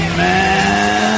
man